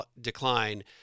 decline